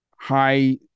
high